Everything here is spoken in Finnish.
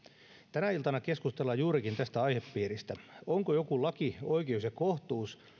tänä iltana keskustellaan juurikin tästä aihepiiristä onko joku laki oikeus ja kohtuus